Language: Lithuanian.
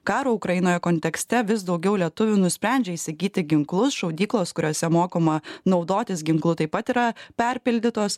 karo ukrainoje kontekste vis daugiau lietuvių nusprendžia įsigyti ginklus šaudyklos kuriose mokoma naudotis ginklu taip pat yra perpildytos